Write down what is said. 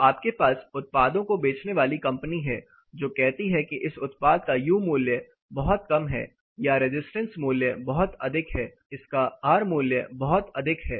तो आपके पास उत्पादों को बेचने वाली एक कंपनी हैं जो कहती है इस उत्पाद का U मूल्य बहुत कम है या रेजिस्टेंस मूल्य बहुत अधिक है इसका R मूल्य बहुत अधिक है